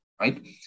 right